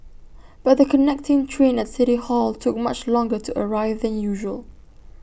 but the connecting train at city hall took much longer to arrive than usual